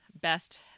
best